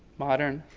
modern,